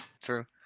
true